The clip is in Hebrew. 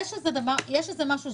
יש משהו,